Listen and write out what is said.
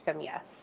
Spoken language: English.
yes